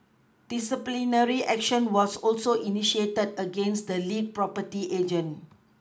disciplinary action was also initiated against the lead property agent